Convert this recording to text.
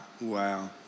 wow